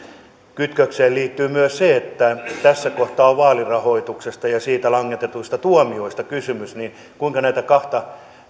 kytkökseen liittyy myös se että tässä kohtaa on vaalirahoituksesta ja siitä langetetuista tuomioista kysymys kuinka näitä kahta